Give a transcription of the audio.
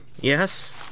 Yes